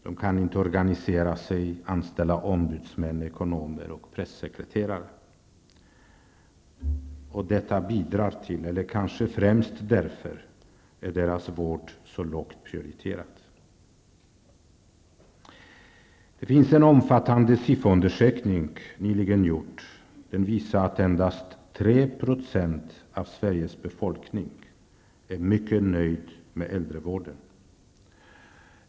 De kan inte organisera sig eller anställa ombudsmän, ekonomer eller pressekreterare. Detta bidrar till att -- kanske är det främst just därför -- deras vård är så lågt prioriterad. En omfattande Sifoundersökning som nyligen genomförts visar att endast 3 % av Sveriges befolkning är mycket nöjd med äldrevården.